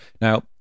Now